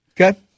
Okay